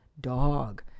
dog